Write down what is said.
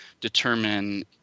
determine